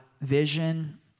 vision